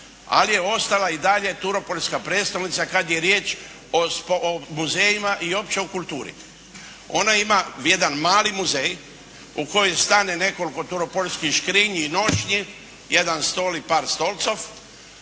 ali je ostala i dalje turopoljska prijestolnica kada je riječ o muzejima i uopće o kulturi. Ona ima jedan mali muzej u koji stanje nekoliko turopoljskih škrinji i nošnji, jedan stol i par stolica,